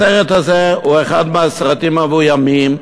הסרט הזה הוא אחד מהסרטים המבוימים,